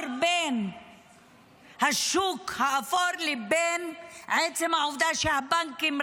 בין השוק האפור לבין עצם העובדה שהבנקים,